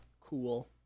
Cool